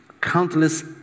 countless